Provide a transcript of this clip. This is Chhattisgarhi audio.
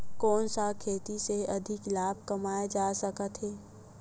कोन सा खेती से अधिक लाभ कमाय जा सकत हे?